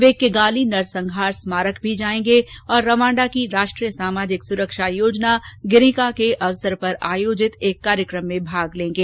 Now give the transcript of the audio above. वे Kigali नरसंहार स्मारक भी जाएंगे और रवांडा की राष्ट्रीय सामाजिकसुरक्षा योजना गिरिंका के अवसर पर आयोजित एक कार्यक्रम में भाग लेंगे